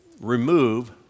remove